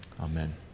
Amen